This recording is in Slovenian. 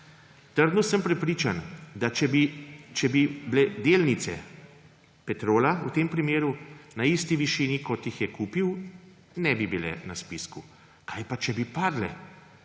Trdno sem prepričan, da če bi bile delnice Petrola v tem primeru na isti višini, kot jih je kupil, ne bi bile na spisku. Kaj pa, če bi padle?